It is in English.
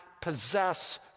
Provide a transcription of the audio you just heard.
possess